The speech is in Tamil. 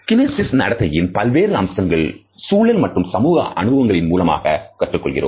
கினேசிஸ் நடத்தையின் பல்வேறு அம்சங்கள் சூழல் மற்றும் சமூக அனுபவங்களின் மூலமாக கற்றுக் கொள்கிறோம்